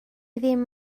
ddim